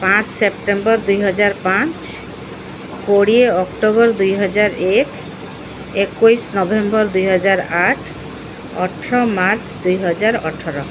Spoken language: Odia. ପାଞ୍ଚ ସେପ୍ଟେମ୍ବର ଦୁଇ ହଜାର ପାଞ୍ଚ କୋଡ଼ିଏ ଅକ୍ଟୋବର ଦୁଇ ହଜାର ଏକ ଏକୋଇଶ ନଭେମ୍ବର ଦୁଇ ହଜାର ଆଠ ଅଠର ମାର୍ଚ୍ଚ ଦୁଇ ହଜାର ଅଠର